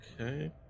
Okay